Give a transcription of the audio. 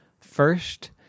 First